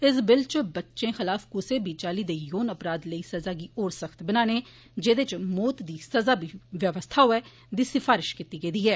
इस बिल च बच्चे खलाफ कुसै बी चाली दे यौन अपराध लेई सजा गी होर सख्त बनाने जेदे च मौत दी सजा दी बी व्यवस्था होऐ दी सफारश कीती गेदी ही